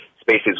spaces